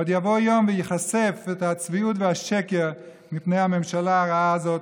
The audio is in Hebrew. עוד יבוא יום וייחשפו הצביעות והשקר בפני הממשלה הרעה הזאת,